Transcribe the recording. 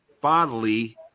bodily